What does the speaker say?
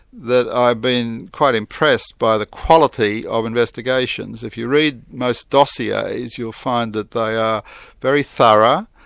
that i've been quite impressed by the quality of investigations. if you read most dossiers, you'll find that they are very thorough,